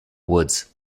woods